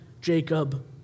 Jacob